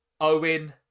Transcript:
Owen